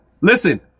listen